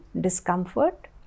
discomfort